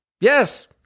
Yes